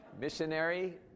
Missionary